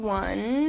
one